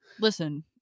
Listen